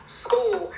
school